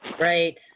Right